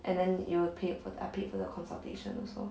and then you paid for the I paid for the consultation also